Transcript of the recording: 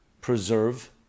preserve